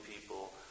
people